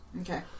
Okay